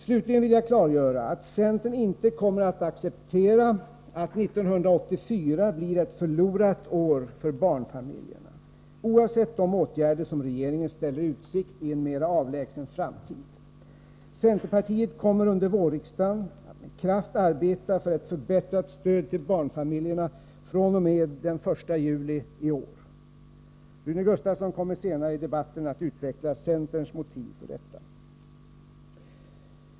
Slutligen vill jag klargöra att centern inte kommer att acceptera att 1984 blir ett förlorat år för barnfamiljerna — oavsett de åtgärder som regeringen ställer i utsikt i en mer avlägsen framtid. Centerpartiet kommer under vårriksdagen med kraft att arbeta för ett förbättrat stöd till barnfamiljerna fr.o.m. den 1 juli 1984. Rune Gustavsson kommer senare i debatten att utveckla centerns motiv för detta.